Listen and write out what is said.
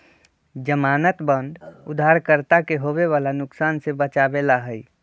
ज़मानत बांड उधारकर्ता के होवे वाला नुकसान से बचावे ला हई